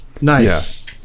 nice